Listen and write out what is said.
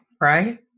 right